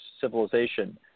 civilization